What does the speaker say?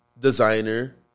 Designer